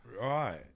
Right